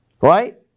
right